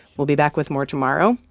we'll be back with more tomorrow.